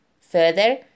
Further